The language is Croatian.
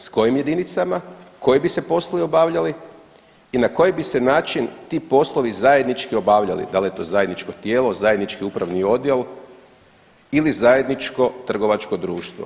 S kojim jedinicama, koji bi se poslovi obavljali i na koji bi se način ti poslovi zajednički obavljali, da li je to zajedničko tijelo, zajednički upravni odjel ili zajedničko trgovačko društvo.